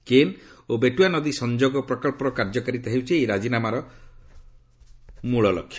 କେନ୍ ଓ ବେଟୱା ନଦୀ ସଂଯୋଗ ପ୍ରକଳ୍ପର କାର୍ଯ୍ୟକାରିତା ହେଉଛି ଏହି ରାଜିନାମାର ମୃଳଲକ୍ଷ୍ୟ